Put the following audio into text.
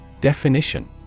Definition